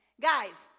guys